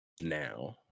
now